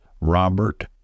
Robert